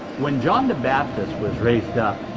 when john the baptist was raised up,